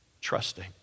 trusting